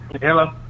Hello